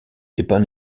upon